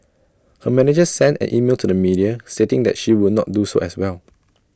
her manager sent an email to the media stating that she would not do so as well